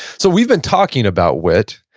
so we've been talking about wit.